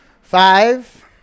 Five